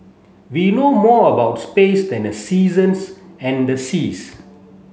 we know more about space than the seasons and the seas